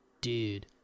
Dude